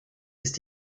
ist